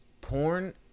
porn